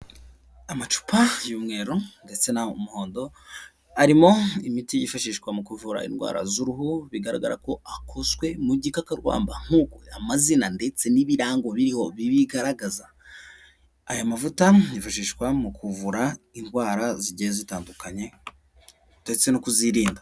Amacupa y'umweru ndetse n'umuhondo, arimo imiti yifashishwa mu kuvura indwara z'uruhu bigaragara ko akozwe mu gikakarubamba nk'uko amazina ndetse n'ibirango biriho bibigaragaza, aya mavuta ytifashishwa mu kuvura indwara zigiye zitandukanye ndetse no kuzirinda.